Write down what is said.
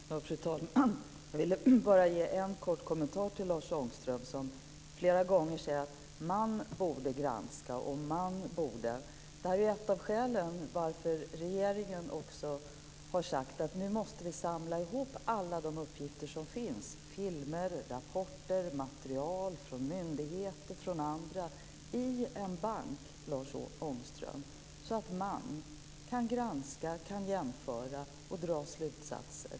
Fru talman! Jag ville bara ge en kort kommentar till Lars Ångström, som flera gånger säger att "man" borde granska osv. Det här är ett av skälen till att regeringen också har sagt att vi nu måste samla ihop alla de uppgifter som finns - det gäller filmer, rapporter och material från myndigheter och andra - i en bank, Lars Ångström. Då kan "man" granska, jämföra och dra slutsatser.